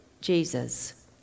Jesus